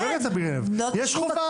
יש חובה.